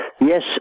Yes